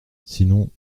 sinon